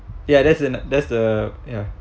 ya there's an there's the ya